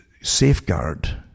safeguard